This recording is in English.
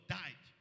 died